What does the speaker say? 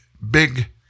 big